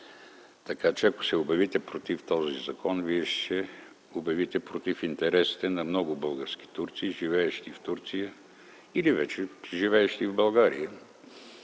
Така че ако се обявите против този закон, Вие ще се обявите против интересите на много български турци, живеещи в Турция, или вече живеещи в България,